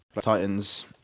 Titans